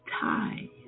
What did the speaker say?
tie